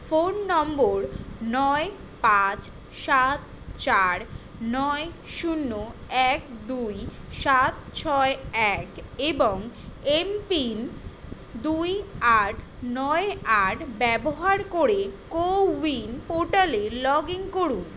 phone নম্বর নয় পাঁচ সাত চার নয় শূন্য এক দুই সাত ছয় এক এবং এমপিন দুই আট নয় আট ব্যবহার করে কোউইন পোর্টালে লগ ইন করুন